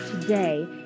today